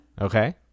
Okay